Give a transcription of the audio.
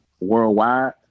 worldwide